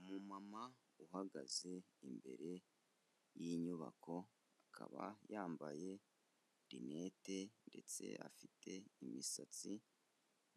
Umumama uhagaze imbere y'inyubako, akaba yambaye rinete ndetse afite imisatsi,